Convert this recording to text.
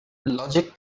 logic